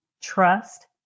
trust